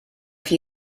chi